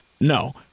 No